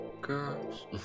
Girls